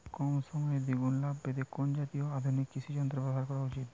কম সময়ে দুগুন লাভ পেতে কোন জাতীয় আধুনিক কৃষি যন্ত্র ব্যবহার করা উচিৎ?